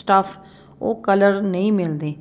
stuff ਉਹ colour ਨਹੀਂ ਮਿਲਦੇ